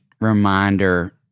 reminder